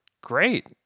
great